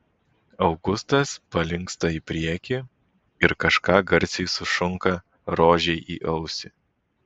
augustas palinksta į priekį ir kažką garsiai sušunka rožei į ausį